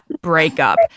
breakup